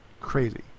crazy